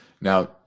Now